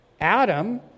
adam